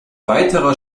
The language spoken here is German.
weiterer